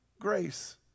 grace